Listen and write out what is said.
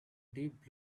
deep